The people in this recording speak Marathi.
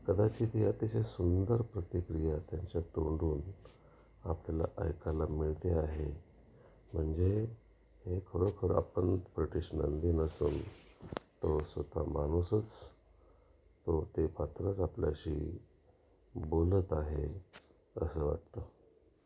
कदाचित ती अतिशय सुंदर प्रतिक्रिया त्यांच्या तोंडून आपल्याला ऐकायला मिळते आहे म्हणजे हे खरोखर आपण ब्रिटिश नंदी नसून तो स्वतः माणूसच तो ते पात्रच आपल्याशी बोलत आहे असं वाटतं